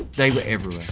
they were everywhere,